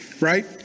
right